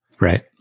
Right